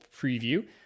preview